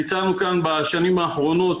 ביצענו כאן בשנים האחרונות,